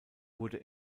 wurde